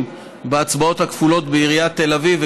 בהצבעות הכפולות בעיריית תל אביב.